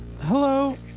hello